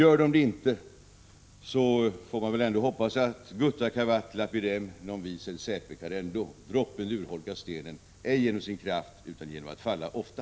Om de inte gör det, hoppas jag att ”Gutta caveat lapidem, non vi sed saepe cadendo” — droppen urholkar stenen, ej genom sin kraft utan genom att falla ofta.